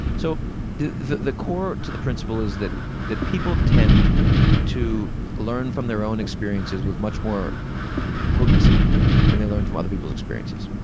so the the core to the principle is that that people tend to learn from their own experiences with much more potency than they learn from other people's experiences.